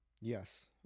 Yes